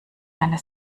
eine